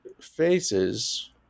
faces